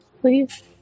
please